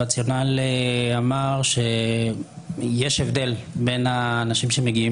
הרציונל אמר שיש הבדל בין האנשים שמגיעים